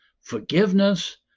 forgiveness